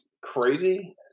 crazy